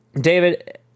David